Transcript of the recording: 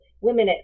women